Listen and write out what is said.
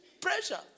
Pressure